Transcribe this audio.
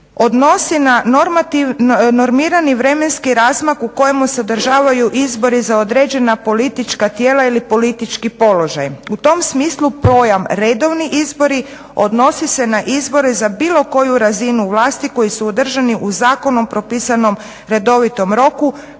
odnosi na normirani vremenski razmak u kojemu se održavaju izbori za određena politička tijela ili politički položaj. U tom smislu pojam redovni izbori odnosi se na izbore za bilo koju razinu vlasti koji su održani u zakonom propisanom redovitom roku,